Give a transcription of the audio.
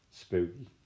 Spooky